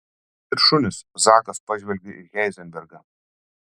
ir šunys zakas pažvelgė į heizenbergą